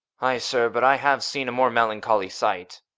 ay, sir, but i have seen a more melancholy sight.